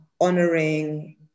honoring